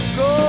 go